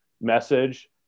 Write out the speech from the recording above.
message